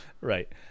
right